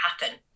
happen